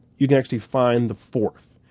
you can actually find the fourth.